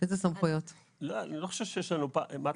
איזה סמכויות הוא צריך לקבל?